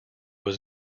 was